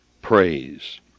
Praise